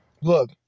Look